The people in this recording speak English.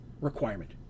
requirement